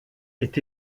est